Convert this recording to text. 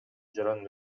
жаран